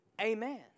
Amen